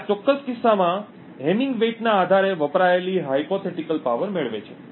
આ ચોક્કસ કિસ્સામાં હેમિંગ વેઇટ ના આધારે વપરાયેલી કાલ્પનિક શક્તિ મેળવે છે